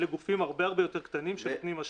אלה גופים הרבה יותר קטנים שנותנים אשראי.